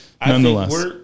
Nonetheless